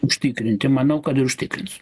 užtikrinti manau kad ir užtikrins